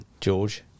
George